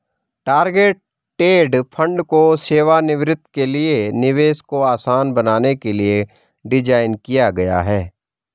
target date fund को सेवानिवृत्ति के लिए निवेश को आसान बनाने के लिए डिज़ाइन किया गया है